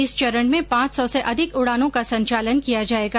इस चरण में पांच सौ से अधिक उडानों का संचालन किया जायेगा